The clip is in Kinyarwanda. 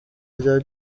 rya